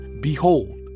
Behold